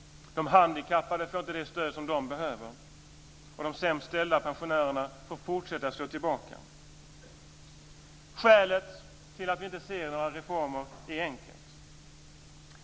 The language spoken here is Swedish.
De handikappade får inte det stöd som de behöver, och de sämst ställda pensionärerna får fortsätta att stå tillbaka. Skälet till att vi inte ser några reformer är enkelt.